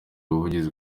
ubuvugizi